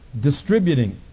distributing